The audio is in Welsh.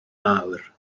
mawr